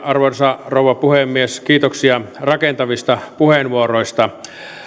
arvoisa rouva puhemies kiitoksia rakentavista puheenvuoroista